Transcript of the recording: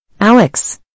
Alex